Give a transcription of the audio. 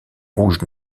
rouge